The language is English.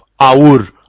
Aur